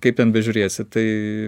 kaip ten bežiūrėsi tai